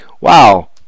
wow